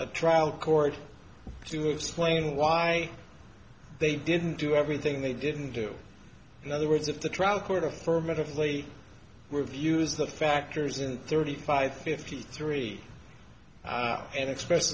a trial court to explain why they didn't do everything they didn't do the words of the trial court affirmatively reviews the factors and thirty five fifty three and express